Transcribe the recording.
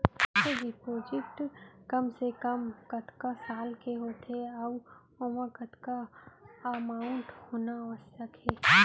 Fix deposit कम से कम कतका साल के होथे ऊ ओमा कतका अमाउंट होना आवश्यक हे?